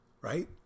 Right